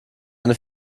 eine